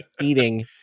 eating